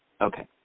Okay